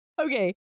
Okay